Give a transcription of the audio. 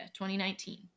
2019